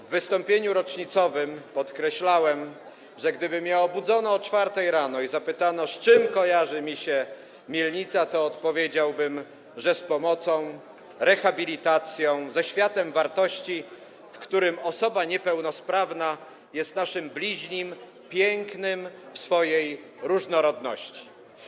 W wystąpieniu rocznicowym podkreślałem, że gdyby mnie obudzono o 4 rano i zapytano, z czym kojarzy mi się Mielnica, to odpowiedziałbym, że z pomocą, rehabilitacją, ze światem wartości, w którym osoba niepełnosprawna jest naszym bliźnim, pięknym w swojej różnorodności.